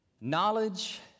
knowledge